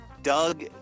Doug